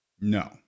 No